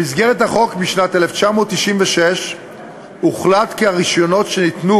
במסגרת חקיקת החוק בשנת 1996 הוחלט כי הרישיונות שניתנו